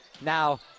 Now